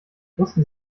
wussten